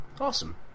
awesome